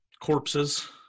corpses